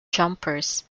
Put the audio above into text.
jumpers